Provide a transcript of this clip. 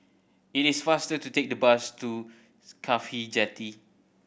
it is faster to take the bus to CAFHI Jetty